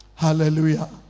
Hallelujah